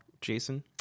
Jason